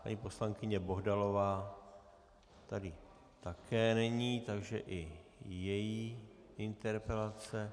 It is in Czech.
Paní poslankyně Bohdalová tady také není, takže i její interpelace.